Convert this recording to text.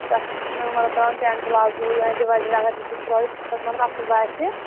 تَتھ چھُ میون مطلب ترٛاوُن پٮ۪نٛٹ پلازو یا ڈِوایڈَر اگر ہٮ۪کِوُس ترٛٲیِتھ یُس تَتھ مطلب اَصٕل باسہِ